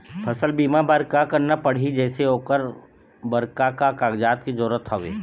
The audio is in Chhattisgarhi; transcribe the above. फसल बीमा बार का करना पड़ही जैसे ओकर बर का का कागजात के जरूरत हवे?